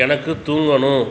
எனக்குத் தூங்கணும்